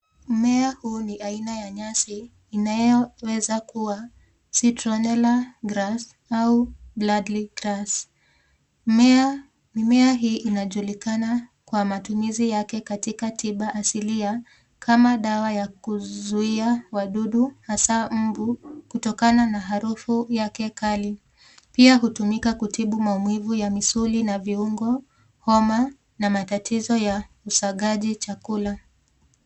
Mmea huu ni aina ya nyasi inayoweza kuwa citronela grass au bladry grass . Mimea hii inajulikana kwa matumizi yake katika tiba asilia kama dawa ya kuzuia wadudu hasa mbu kutokana na harufu yake kali. Pia hutumika kutibu maumivu ya misuli na viungo, homa na matatizo ya usagaji chakula.